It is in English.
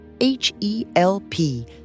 H-E-L-P